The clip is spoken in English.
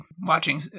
watching